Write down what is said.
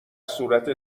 صورت